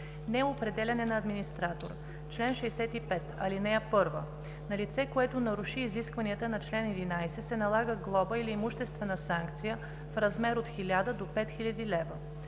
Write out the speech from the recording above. „Неопределяне на администратора Чл. 65. (1) На лице, което наруши изискванията на чл. 11, се налага глоба или имуществена санкция в размер от 1000 до 5000 лв.